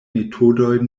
metodoj